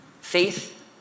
faith